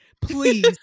Please